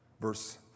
Verse